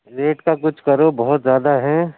rate کا کچھ کرو بہت زیادہ ہے